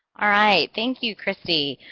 alright, thank you, kristie.